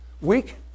weak